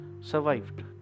survived